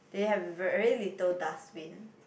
they have very little dustbin